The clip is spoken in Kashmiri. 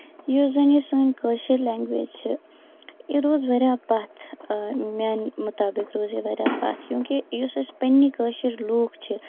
یُس زَن یہِ سٲنۍ کٲشِر لینگویج چھِ یہِ روٗز واریاہ پتھ میانہِ مُطٲبق روٗز یہِ واریاہ پَتھ کیوں کہِ یُس اَسہِ پَنٕنی کٲشِر لوٗکھ چھِ